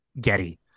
getty